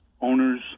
owners